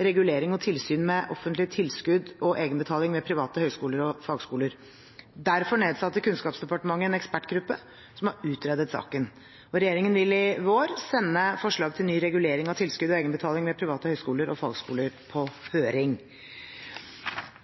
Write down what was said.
regulering og tilsyn med offentlige tilskudd og egenbetaling ved private høyskoler og fagskoler. Derfor nedsatte Kunnskapsdepartementet en ekspertgruppe som har utredet saken, og regjeringen vil i vår sende forslag til ny regulering av tilskudd og egenbetaling ved private høyskoler og fagskoler på høring.